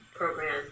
program